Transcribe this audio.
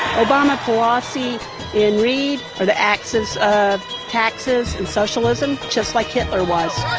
obama, pelosi and reid are the axis of taxes and socialism, just like hitler was.